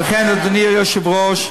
ובכן, אדוני היושב-ראש,